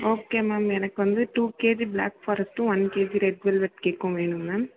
okay ma'am எனக்கு வந்து two KG black ஃபாரஸ்ட்டும் ஒன் கேஜி ரெட்வெல்வெட் கேக்கும் வேணும் மேம்